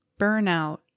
burnout